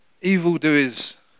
evildoers